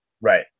Right